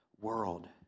world